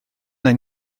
neu